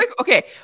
okay